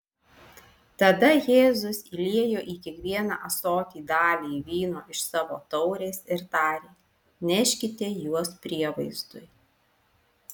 tada jėzus įliejo į kiekvieną ąsotį dalį vyno iš savo taurės ir tarė neškite juos prievaizdui